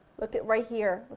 look right here,